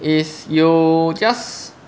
is you just